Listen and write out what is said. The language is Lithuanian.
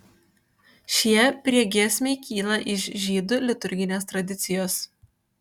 šie priegiesmiai kyla iš žydų liturginės tradicijos